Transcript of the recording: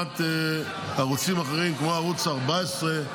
לעומת ערוצים אחרים כמו ערוץ 14,